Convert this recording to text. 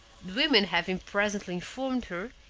women having presently informed her,